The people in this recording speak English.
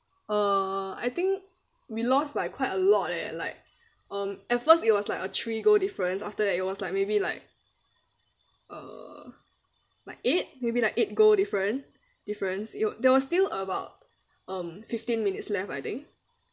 uh I think we lost by quite a lot leh like um at first it was like a three goal difference after that it was like maybe like uh like eight maybe like eight goal different difference it there was still about um fifteen minutes left I think